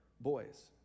boys